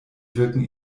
wirken